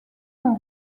sont